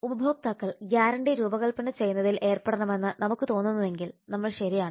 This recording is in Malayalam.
ഉപഭോക്താക്കൾ ഗ്യാരണ്ടി രൂപകൽപ്പന ചെയ്യുന്നതിൽ ഏർപ്പെടണമെന്ന് നമുക്ക് തോന്നുന്നുവെങ്കിൽ നമ്മൾ ശരിയാണ്